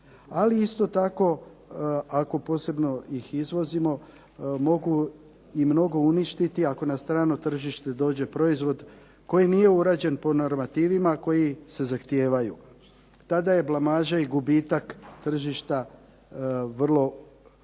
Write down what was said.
Ali isto tako ako posebno ih izvozimo mogu i mnogo uništiti ako na strano tržište dođe proizvod koji nije urađen po normativima koji se zahtijevaju. Tada je blamaža i gubitak tržišta vrlo prisutna